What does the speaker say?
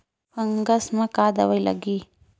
Fungus म का दवाई लगी?